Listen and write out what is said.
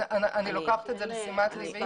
אני לוקחת את זה לתשומת לבי.